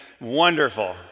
wonderful